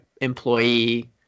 employee